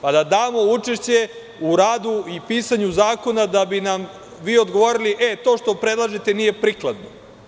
Pa, da damo učešće u radu i pisanju zakona, da bi nam vi odgovorili - to što predlažete nije prikladno.